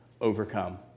overcome